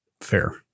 Fair